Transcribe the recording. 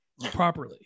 Properly